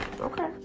Okay